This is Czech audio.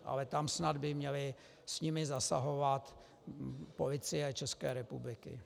Ale tam snad by měla s nimi zasahovat Policie České republiky.